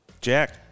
Jack